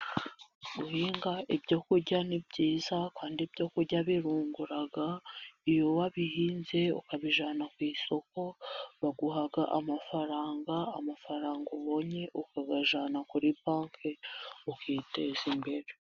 Guhinga ibyo kurya ni byiza, kandi ibyo kujya birungura. Iyo wabihinze ukabijyana ku isoko, baguhaga amafaranga, amafaranga ubonye ukayajyana kuri banki, ukiteza imbere.